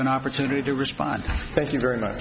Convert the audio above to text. an opportunity to respond thank you very much